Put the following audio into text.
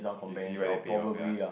you see whether you pay off ya